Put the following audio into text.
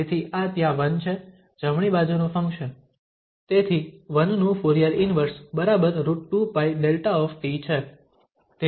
તેથી આ ત્યાં 1 છે જમણી બાજુનું ફંક્શન તેથી 1 નું ફુરીયર ઇન્વર્સ બરાબર √2𝜋𝛿 છે